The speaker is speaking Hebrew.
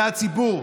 זה הציבור.